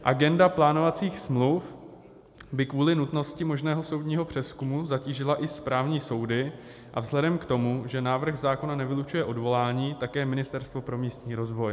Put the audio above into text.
Agenda plánovacích smluv by kvůli nutnosti možného soudního přezkumu zatížila i správní soudy a vzhledem k tomu, že návrh zákona nevylučuje odvolání, také Ministerstvo pro místní rozvoj.